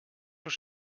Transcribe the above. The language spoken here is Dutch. voor